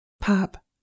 Pop